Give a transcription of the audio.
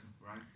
right